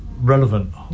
relevant